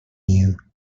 you